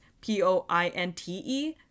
P-O-I-N-T-E